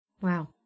Wow